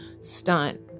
stunt